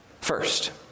First